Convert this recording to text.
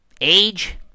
age